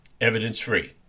evidence-free